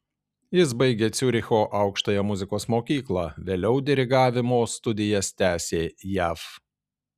jis baigė ciuricho aukštąją muzikos mokyklą vėliau dirigavimo studijas tęsė jav